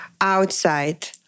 outside